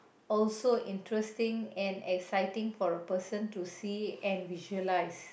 also interesting and exciting for the person to see it and visualise